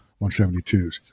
172s